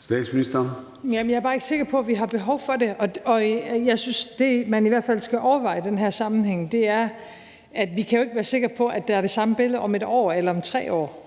Statsministeren (Mette Frederiksen): Jeg er bare ikke sikker på, at vi har behov for det. Jeg synes, at det, man i hvert fald skal overveje i den her sammenhæng, er, at vi ikke kan være sikre på, at der er det samme billede om 1 år eller om 3 år,